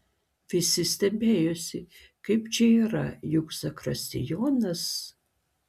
visi stebėjosi kaip čia yra juk zakristijonas